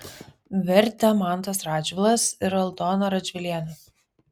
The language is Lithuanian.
vertė mantas radžvilas ir aldona radžvilienė